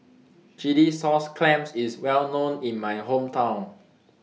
Chilli Sauce Clams IS Well known in My Hometown